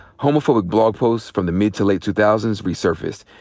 homophobic blog posts from the mid to late two thousand s resurfaced.